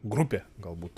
grupė galbūt